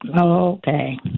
Okay